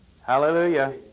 Hallelujah